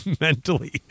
mentally